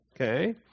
okay